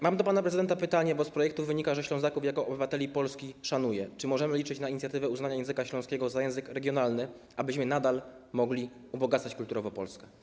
Mam do pana prezydenta pytanie, bo z projektu wynika, że Ślązaków jako obywateli Polski szanuje: Czy możemy liczyć na inicjatywę uznania języka śląskiego za język regionalny, abyśmy nadal mogli ubogacać kulturowo Polskę?